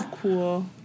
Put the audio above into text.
cool